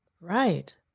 Right